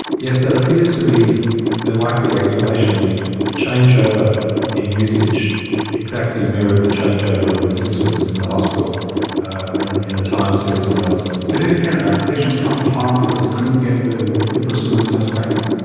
yes, that appears to be the likely explanation. the the changeover in usage exactly mirrored the changeover in resistance in the hospital and in a timed series analysis. did any patients come to harm because they couldn't get the piperacillin tazobactam?